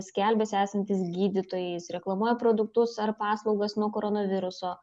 skelbiasi esantys gydytojais reklamuoja produktus ar paslaugas nuo koronaviruso